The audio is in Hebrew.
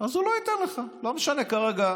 הוא לא ייתן לך, לא משנה כרגע,